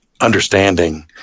understanding